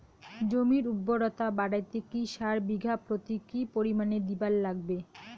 জমির উর্বরতা বাড়াইতে কি সার বিঘা প্রতি কি পরিমাণে দিবার লাগবে?